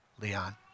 Leon